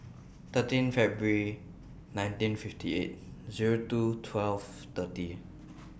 thirteen February nineteen fifty eight Zero two twelve thirty